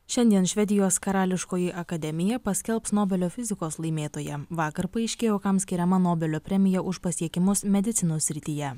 šiandien švedijos karališkoji akademija paskelbs nobelio fizikos laimėtoją vakar paaiškėjo kam skiriama nobelio premija už pasiekimus medicinos srityje